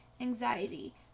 anxiety